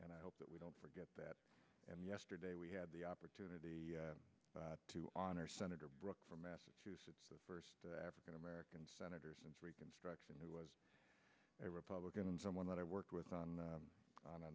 and i hope that we don't forget that and yesterday we had the opportunity to honor senator brook from massachusetts the first african american senator since reconstruction there was a republican and someone that i worked with on